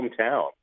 hometown